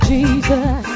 Jesus